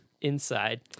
inside